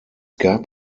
gab